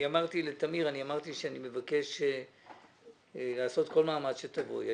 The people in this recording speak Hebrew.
אמרתי לטמיר שאני מבקש לעשות כל מאמץ שתבואי.